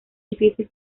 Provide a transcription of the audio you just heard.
difícil